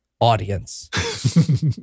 audience